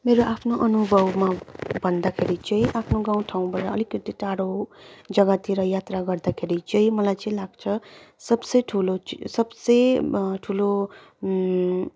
मेरो आफ्नो अनुभवमा भन्दाखेरि चाहिँ आफ्नो गाउँठाउँबाट अलिकति टाढो जग्गातिर यात्रा गर्दाखेरि चाहिँ मलाई चाहिँ लाग्छ सबसे ठुलो चाहिँ सबसे ठुलो